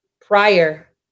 prior